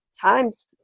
times